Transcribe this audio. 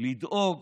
לדאוג